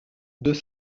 deux